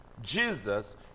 Jesus